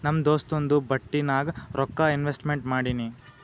ನಮ್ ದೋಸ್ತುಂದು ಬಟ್ಟಿ ನಾಗ್ ರೊಕ್ಕಾ ಇನ್ವೆಸ್ಟ್ಮೆಂಟ್ ಮಾಡಿನಿ